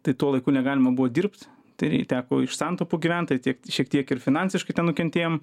tai tuo laiku negalima buvo dirbt tai teko iš santaupų gyvent tai tiek šiek tiek ir finansiškai ten nukentėjom